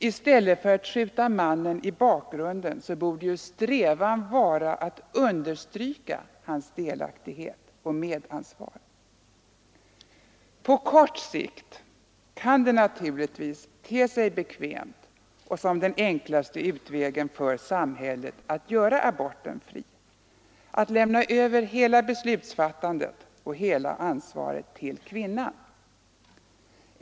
I stället för att skjuta mannen i bakgrunden borde strävan vara att understryka hans delaktighet och medansvar. På kort sikt kan det naturligtvis te sig bekvämt och som den enklaste utvägen för samhället att göra aborten fri, att lämna över hela beslutsfattandet och hela ansvaret till kvinnan.